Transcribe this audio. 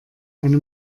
eine